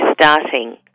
starting